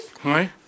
Hi